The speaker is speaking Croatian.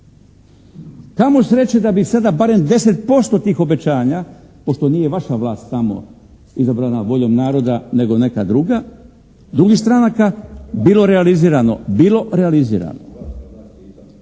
Kamo sreće da bi sada barem 10% tih obećanja, pošto nije vaša vlast tamo izabrana voljom naroda, nego neka druga, drugih stranaka, bilo realizirano. …/Upadica